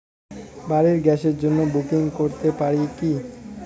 বাড়ির গ্যাসের জন্য বুকিং করতে পারি কি?